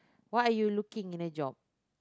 what are you looking in a job